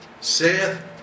saith